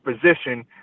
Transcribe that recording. position